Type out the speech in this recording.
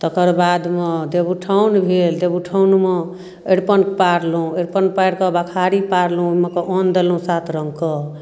तकरबादमे देवउठाओन भेल देबउठाउनमे अरिपन पारलहुँ अरिपन पारिकऽ बखारी पारलहुँ ओइमेकऽ अन्न देलहुँ सात रङ्गके